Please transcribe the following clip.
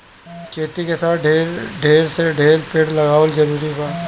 खेती के साथे ढेर से ढेर पेड़ लगावल जरूरी बा